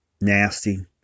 Nasty